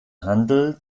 handel